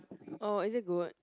oh is it good